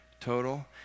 total